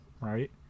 Right